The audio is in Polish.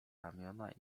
ramiona